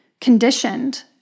conditioned